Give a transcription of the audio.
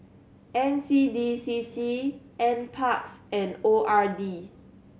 N C D C C Nparks and O R D